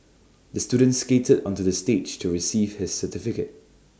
the student skated onto the stage to receive his certificate